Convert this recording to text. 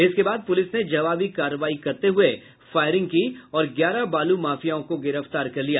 इसके बाद पुलिस ने जबावी कार्रवाई करते हुए फायरिंग की और ग्यारह बालू माफियाओं को गिरफ्तार कर लिया